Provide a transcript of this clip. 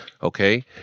Okay